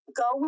go